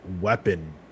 weapon